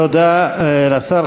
תודה לשר.